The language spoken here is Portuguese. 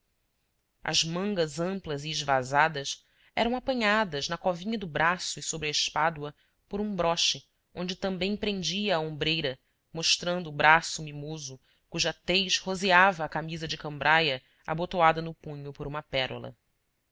as mangas amplas e esvasadas eram apanhadas na covinha do braço e sobre a espádua por um broche onde também prendia a ombreira mostrando o braço mimoso cuja tez roseava a camisa de cambraia abotoada no punho por uma pérola